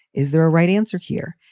is there a right answer here?